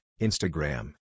Instagram